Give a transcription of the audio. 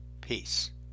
Peace